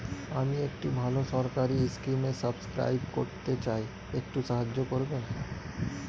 আমি একটি ভালো সরকারি স্কিমে সাব্সক্রাইব করতে চাই, একটু সাহায্য করবেন?